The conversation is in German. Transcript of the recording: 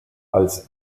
als